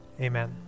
Amen